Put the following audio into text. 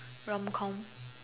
romcom